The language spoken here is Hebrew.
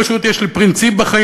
פשוט יש לי פרינציפ בחיים,